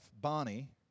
Bonnie